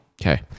Okay